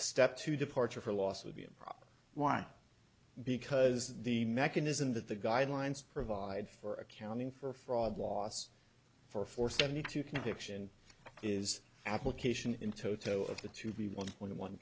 step two departure for loss would be improper why because the mechanism that the guidelines provide for accounting for fraud loss for for seventy two conviction is application in toto of the to be on